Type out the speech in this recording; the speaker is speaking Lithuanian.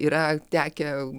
yra tekę